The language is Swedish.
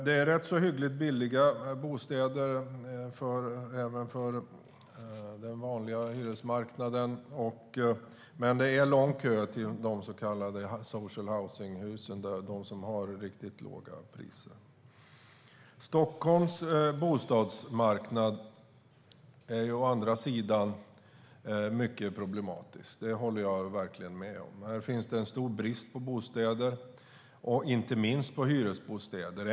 Det finns rätt billiga bostäder även på den vanliga hyresmarknaden, men det är lång kö till de så kallade social housing-husen, som har riktigt låga priser. Stockholms bostadsmarknad är å andra sidan mycket problematisk; det håller jag verkligen med om. Här finns en stor brist på bostäder, inte minst hyresbostäder.